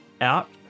out